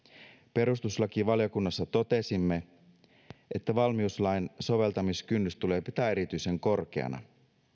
perustuslakivaliokunnassa totesimme että valmiuslain soveltamiskynnys tulee pitää erityisen korkeana